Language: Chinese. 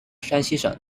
山西省